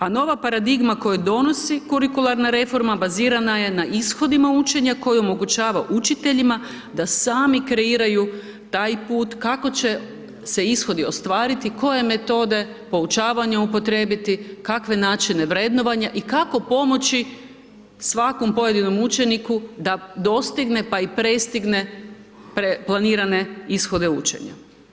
A nova paradigma koju donosi kurikularna reforma bazirana je na ishodima učenja koje omogućava učiteljima da sami kreiraju taj put kako će se ishodi ostvariti, koje metode poučavanja upotrijebiti, kakve načine vrednovanja i kako pomoći svakom pojedinom učeniku da dostigne pa i prestigne planirane ishode učenja.